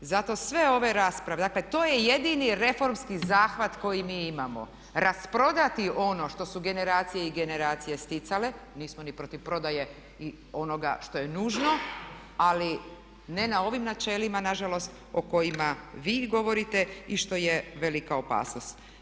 Zato sve ove rasprave, dakle to je jedini reformski zahvat koji mi imamo, rasprodati ono što su generacije i generacije sticale, nismo ni protiv prodaje i onoga što je nužno ali ne na ovim načelima nažalost o kojima vi govorite i što je velika opasnost.